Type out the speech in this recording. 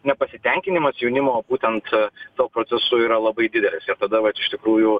nepasitenkinimas jaunimo būtent tuo procesu yra labai didelis ir tada vat iš tikrųjų